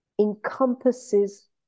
encompasses